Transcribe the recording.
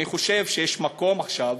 אני חושב שיש מקום עכשיו